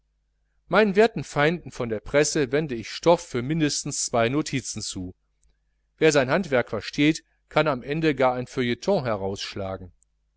meinen werten feinden von der presse wende ich stoff für mindestens zwei notizen zu wer sein handwerk versteht kann am ende gar ein feuilleton herausschlagen